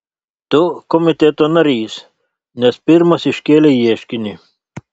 tu komiteto narys nes pirmas iškėlei ieškinį